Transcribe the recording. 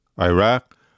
Iraq